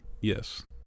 yes